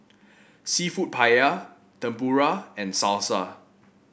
seafood Paella Tempura and Salsa